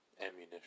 ammunition